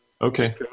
Okay